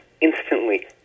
instantly